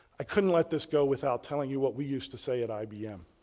i couldn't let this go without telling you what we used to say at ibm.